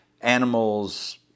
animals